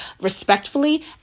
respectfully